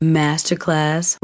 masterclass